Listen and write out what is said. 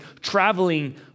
traveling